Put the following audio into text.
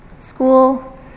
School